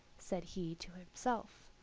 said he to himself.